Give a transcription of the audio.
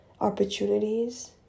opportunities